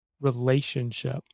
relationship